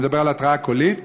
אני מדבר על התראה קולית,